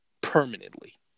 permanently